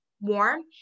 warm